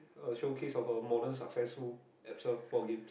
I want to showcase about modern successful at shop four gift